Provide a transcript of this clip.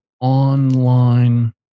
online